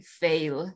fail